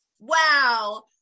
wow